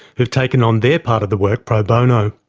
who've taken on their part of the work pro bono.